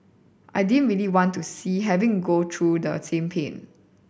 I didn't really want to see having go through the same pain